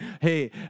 hey